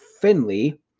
Finley